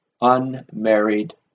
unmarried